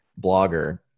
blogger